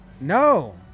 No